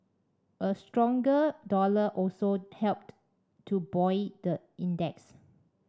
a stronger dollar also helped to buoy the index